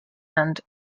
and